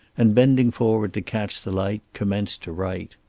and bending forward to catch the light, commenced to write.